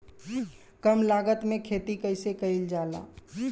कम लागत में खेती कइसे कइल जाला?